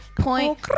point